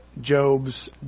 Job's